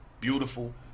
beautiful